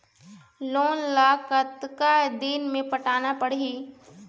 Loan ला कतका दिन मे पटाना पड़ही?